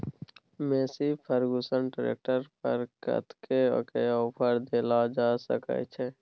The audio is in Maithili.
मेशी फर्गुसन ट्रैक्टर पर कतेक के ऑफर देल जा सकै छै?